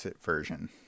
version